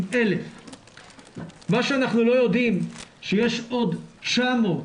1,000. מה שאנחנו לא יודעים שיש עוד 900,